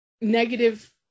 negative